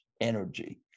energy